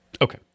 Okay